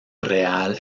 real